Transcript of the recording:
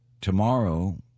Tomorrow